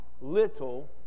little